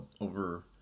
over